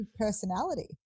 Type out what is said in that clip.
personality